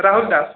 Rahul Das